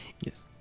yes